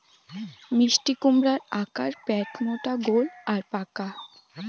মিষ্টিকুমড়ার আকার প্যাটমোটা গোল আর পাকা